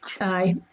Aye